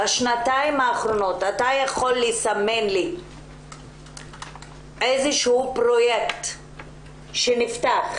בשנתיים האחרונות אתה יכול לסמן לי איזשהו פרויקט שנפתח,